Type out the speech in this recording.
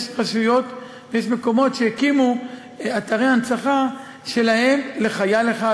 יש רשויות ויש מקומות שהקימו אתרי הנצחה שלהם לחייל אחד,